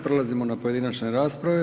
Prelazimo na pojedinačne rasprave.